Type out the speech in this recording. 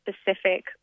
specific